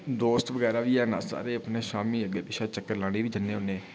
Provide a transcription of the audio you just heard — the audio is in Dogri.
दोस्त बगैरा बी हैन सारे अपने शामीं अपने अग्गै पिच्छै चक्कर लान बी जन्ने होन्नें